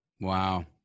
Wow